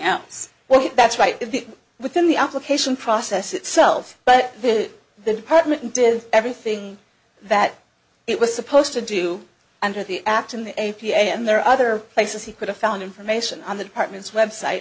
else well that's right in the within the application process itself but the department did everything that it was supposed to do under the act in the a p a and there are other places he could have found information on the department's website